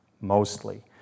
mostly